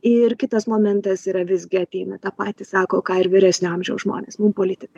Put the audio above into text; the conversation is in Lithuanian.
ir kitas momentas yra visgi ateina tą patį sako ką ir vyresnio amžiaus žmonės mum politika